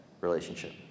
relationship